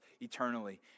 eternally